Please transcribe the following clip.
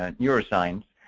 and neuroscience.